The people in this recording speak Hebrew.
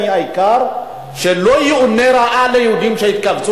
העיקר שלא יאונה רע ליהודים שהתקבצו